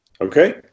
Okay